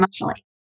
emotionally